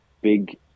big